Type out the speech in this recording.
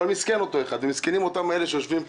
אבל מסכן אותו אדם, ומסכנים אותם אלה שיושבים פה.